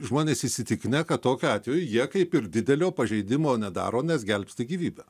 žmonės įsitikinę kad tokiu atveju jie kaip ir didelio pažeidimo nedaro nes gelbsti gyvybę